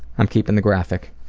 i'm keeping the graphic.